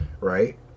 right